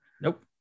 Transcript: Nope